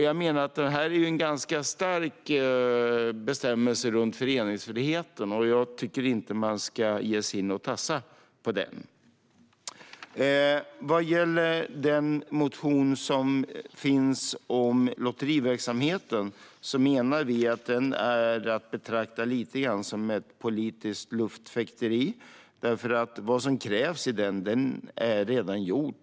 Jag menar att detta är en stark bestämmelse som rör föreningsfriheten, och jag tycker inte att man ska tassa på den. Motionen om lotteriverksamheten menar vi är att betrakta som ett politiskt luftfäkteri. Vad som krävs i den motionen är redan gjort.